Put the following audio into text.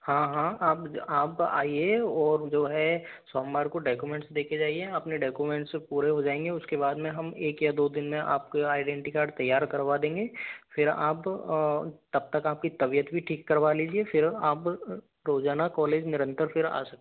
हाँ हाँ अब अब आइए और जो है सोमवार को डाक्यूमेंट्स देके जाइए अपने डाक्यूमेंट से पूरे हो जाएंगे उसके बाद में हम एक या दो दिन में आपको आइडेंटी कार्ड तैयार करवा देंगे फिर आप तब तक आपकी तबियत भी ठीक करवा लीजिए फिर आप रोजाना कॉलेज में निरंतर फिर आ सकते हैं